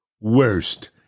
worst